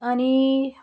आनि